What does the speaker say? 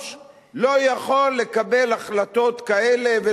מראש לא יכול לקבל החלטות כאלה,